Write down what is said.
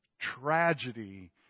tragedy